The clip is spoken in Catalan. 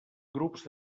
grups